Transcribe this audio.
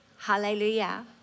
Hallelujah